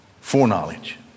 foreknowledge